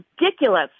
Ridiculous